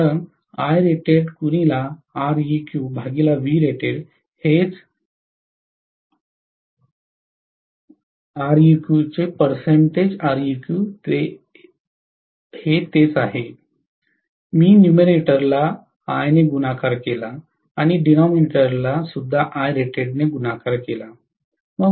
कारण हेच तेच आहे मी नुमेरेटर ला 'I' ने गुणाकर केला आणि डिनॉमिनेटर ला सुद्धा ने गुणाकर केला